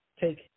take